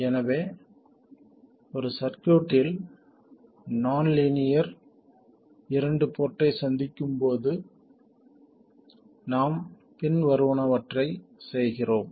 எனவே ஒரு சர்க்யூட்டில் நான் லீனியர் இரண்டு போர்ட்டை சந்திக்கும் போது நாம் பின்வருவனவற்றைச் செய்கிறோம்